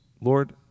Lord